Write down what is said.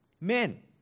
Men